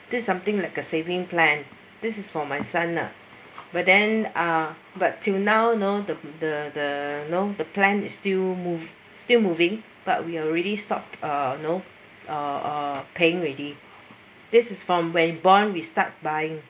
this something like uh saving plan this is for my son lah but then uh but till now know the the the know the plan is still move still moving but we already stopped uh no uh paying already this is from when born we start buying